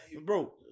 Bro